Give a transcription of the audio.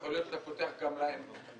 יכול להיות שאתה פותח גם להם פה.